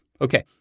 Okay